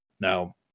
Now